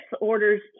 orders